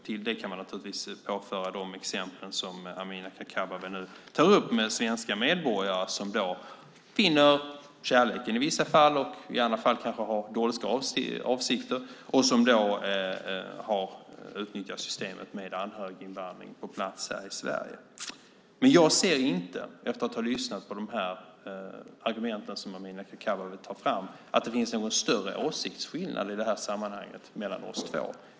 Till det kan man naturligtvis påföra de exempel som Amineh Kakabaveh nu tar upp om svenska medborgare som finner kärleken i vissa fall och i andra fall kanske har dolska avsikter och som har utnyttjat systemet med anhöriginvandring på plats här i Sverige. Men efter att ha lyssnat på de argument som Amineh Kakabaveh tar fram ser jag inte att det finns någon större åsiktsskillnad mellan oss två i sammanhanget.